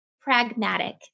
pragmatic